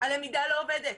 הלמידה לא עובדת.